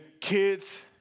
kids